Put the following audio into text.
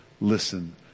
Listen